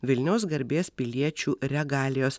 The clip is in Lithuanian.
vilniaus garbės piliečių regalijos